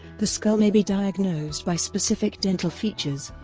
the skull may be diagnosed by specific dental features.